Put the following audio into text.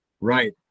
Right